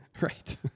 right